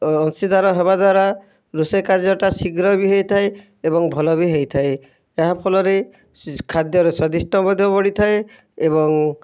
ଅଂଶୀଦାର ହେବା ଦ୍ଵାରା ରୋଷେଇ କାର୍ଯ୍ୟଟା ଶୀଘ୍ର ବି ହୋଇଥାଏ ଏବଂ ଭଲ ବି ହୋଇଥାଏ ଏହା ଫଲରେ ଖାଦ୍ୟର ସ୍ଵାଦିଷ୍ଟ ମଧ୍ୟ ବଢ଼ିଥାଏ ଏବଂ